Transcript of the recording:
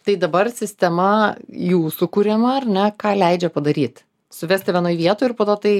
tai dabar sistema jūsų kuriama ar ne ką leidžia padaryt suvesti vienoj vietoj ir po to tai